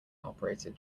operated